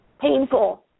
painful